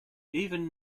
even